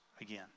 again